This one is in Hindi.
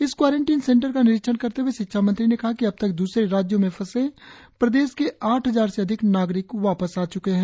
इस क्वारेंटिन सेंटर का निरीक्षण करते हए शिक्षा मंत्री ने कहा कि अबतक द्रसरे राज्यों में फंसे प्रदेश के आठ हजार से अधिक नागरिक वापस आ च्के है